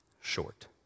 short